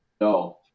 No